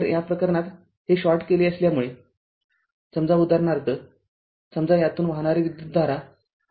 तर या प्रकरणात हे शॉर्ट केले असल्यामुळे समजा उदाहरणार्थसमजा यातून वाहणारी विद्युतधारा i आहे